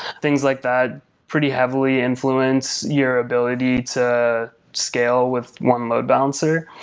things like that pretty heavily influence your ability to scale with one load balancer.